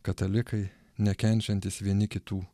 katalikai nekenčiantys vieni kitų